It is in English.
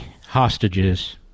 hostages